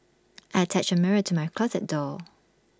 I attached A mirror to my closet door